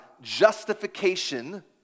justification